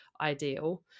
ideal